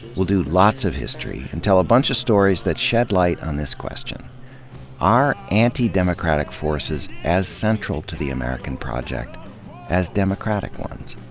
we'll do lots of history, and tell a bunch of stories that shed light on this question are anti democratic forces as central to the american project as democratic ones?